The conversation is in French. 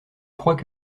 croient